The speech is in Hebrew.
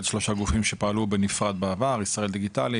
שלושה גופים שפעלו בנפרד בעבר: ישראל דיגיטלית,